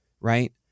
Right